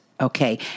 okay